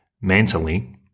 mentally